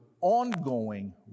ongoing